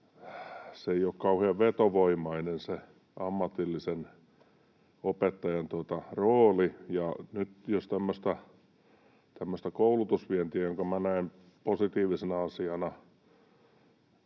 se ammatillisen opettajan rooli ei ole kauhean vetovoimainen. Nyt jos ajattelee tämmöistä koulutusvientiä, jonka minä näen positiivisena asiana